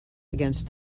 against